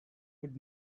would